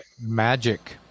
Magic